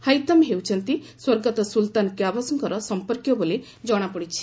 Haitham ହେଉଛନ୍ତି ସ୍ୱର୍ଗତ ସୁଲତାନ କ୍ୱାବୋସଙ୍କର ସଂପର୍କୀୟ ବୋଲି ଜଣାପଡ଼ିଛି